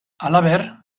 halaber